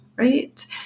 right